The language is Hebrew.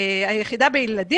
היחידה בילדים,